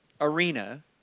arena